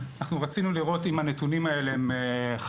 אז רצינו לראות אם הנתונים האלה חריגים,